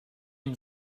une